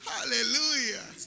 Hallelujah